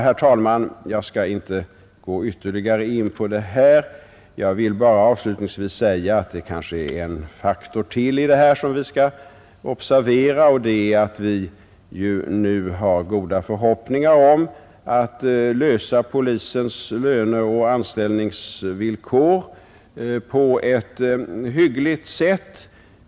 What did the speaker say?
Herr talman! Jag skall inte ytterligare ingå på dessa frågor utan vill bara avslutningsvis säga att det är en faktor till som vi här skall observera, nämligen den att vi nu har gott hopp om att lösa polisens löneoch anställningsvillkor på ett hyggligt sätt.